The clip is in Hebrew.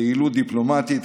פעילות דיפלומטית,